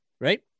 right